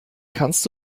kannst